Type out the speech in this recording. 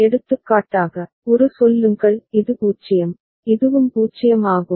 எடுத்துக்காட்டாக ஒரு சொல்லுங்கள் இது 0 இதுவும் 0 ஆகும்